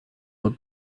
look